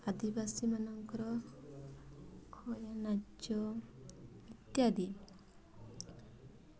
ଆଦିବାସୀ ମାନଙ୍କର ଇତ୍ୟାଦି